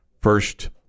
first